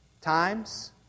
times